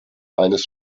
eines